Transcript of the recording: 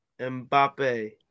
Mbappe